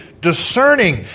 discerning